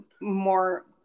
more